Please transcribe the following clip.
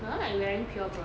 now I'm wearing pure bronze